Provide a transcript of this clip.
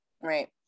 right